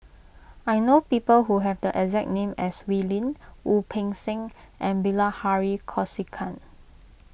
I know people who have the exact name as Wee Lin Wu Peng Seng and Bilahari Kausikan